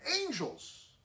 angels